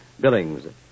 Billings